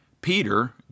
Peter